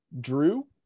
Drew